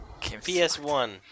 PS1